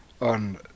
on